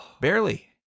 barely